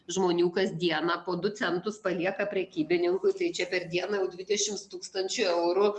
žmonių kasdieną po du centus palieka prekybininkui tai čia per dieną jau dvidešims tūkstančių eurų